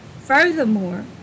furthermore